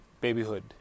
babyhood